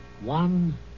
One